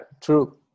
true